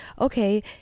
okay